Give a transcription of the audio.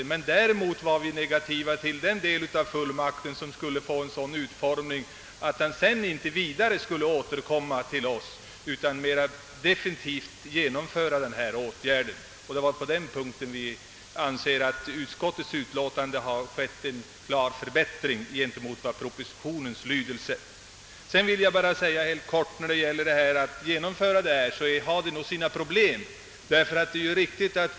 Däremot ställde vi oss negativa till en sådan utformning av fullmakten att man sedan inte skulle behöva återkomma till oss innan man definitivt inför en permanent hastighetsbegränsning. Det är på den punkten vi anser att utskottets utlåtande har en klart bättre lydelse och sakinnehåll än propositionen. Sedan vill jag bara helt kort säga att det nog kommer att ha sina problem att genomföra en fartbegränsning av det slag som föreslås.